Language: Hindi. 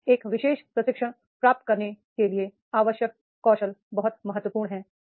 और एक विशेष प्रशिक्षण प्राप्त करने के लिए आवश्यक कौशल बहुत महत्वपूर्ण हैं